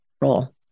role